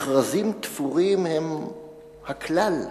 מכרזים תפורים הם הכלל,